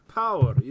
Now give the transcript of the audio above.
power